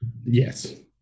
Yes